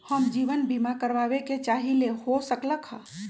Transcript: हम जीवन बीमा कारवाबे के चाहईले, हो सकलक ह?